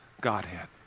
Godhead